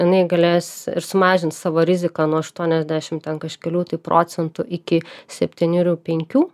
jinai galės sumažint savo riziką nuo aštuoniasdešimt ten kažkelių tai procentų iki septynerių penkių